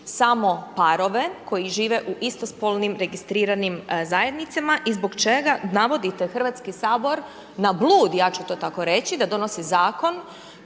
samo parove koji žive u istospolnim registriranim zajednicama i zbog čega navodite Hrvatski sabor na blud, ja ću to tako reći, da donosi zakon